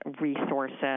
resources